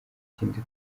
kindi